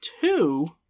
two